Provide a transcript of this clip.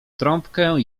trąbkę